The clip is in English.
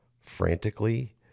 frantically